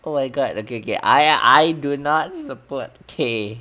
oh my god okay okay I I do not support K